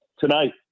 tonight